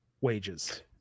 wages